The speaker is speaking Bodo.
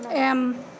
एम